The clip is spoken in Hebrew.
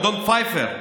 אדון פפר,